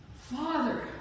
Father